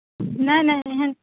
नहि नहि एहन